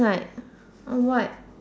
what on what